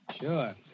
Sure